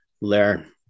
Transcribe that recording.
learn